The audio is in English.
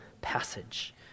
passage